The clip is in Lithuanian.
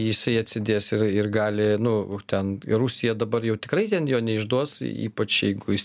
jisai atsidės ir ir gali nu ten ir rusija dabar jau tikrai ten jo neišduos ypač jeigu jis